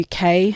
UK